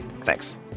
Thanks